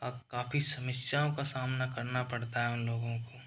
काफी समस्याओं का सामना करना पड़ता है उन लोगों को